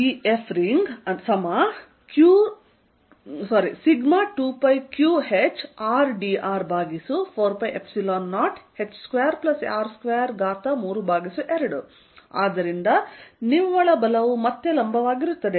FQq4π0hh2R232 dFringσ2πqh rdr4π0h2R232 ಆದ್ದರಿಂದ ನಿವ್ವಳ ಬಲವು ಮತ್ತೆ ಲಂಬವಾಗಿರುತ್ತದೆ